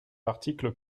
l’article